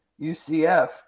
UCF